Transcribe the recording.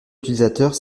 utilisateurs